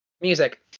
music